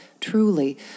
truly